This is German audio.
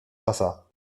wasser